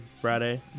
Friday